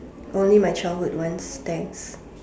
only my childhood ones thanks